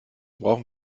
brauchen